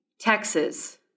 Texas